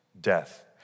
death